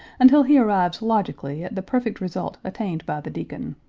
until he arrives logically at the perfect result attained by the deacon.